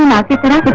happy today, but